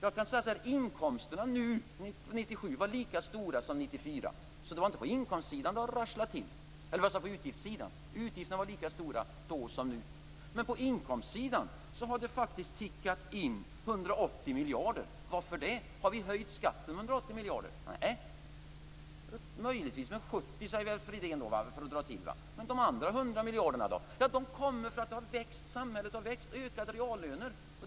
Utgifterna 1997 var lika stora som 1994, så det är inte på utgiftssidan det har rasslat till. Utgifterna var lika stora då som nu. Men på inkomstsidan har det faktiskt tickat in 180 miljarder. Varför då? Har vi höjt skatten med 180 miljarder? Nej. Möjligtvis med 70 miljarder, säger kanske Fridén för att dra till. Men de andra 100 miljarderna då? De har kommit till för att samhället har växt och reallönerna har ökat.